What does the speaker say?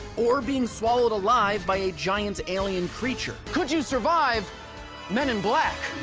or being swallowed alive by a giant alien creature? could you survive men in black?